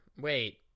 wait